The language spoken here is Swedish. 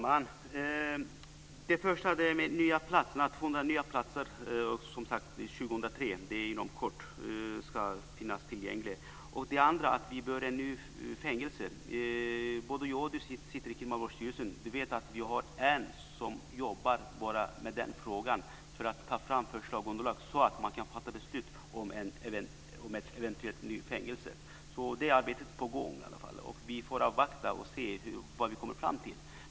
Fru talman! Det första gällde de 200 nya platserna. Dessa ska som sagt finnas tillgängliga till 2003, dvs. inom kort. Det andra gällde nya fängelser. Både Jeppe Johnsson och jag sitter i Kriminalvårdsstyrelsen, och Jeppe Johnsson vet att vi har en som jobbar enbart med den frågan för att ta fram förslagsunderlag så att man kan fatta beslut om ett eventuellt nytt fängelse. Det arbetet är alltså på gång. Vi får avvakta och se vad vi kommer fram till.